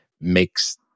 makes